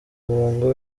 umurongo